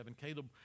Caleb